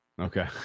Okay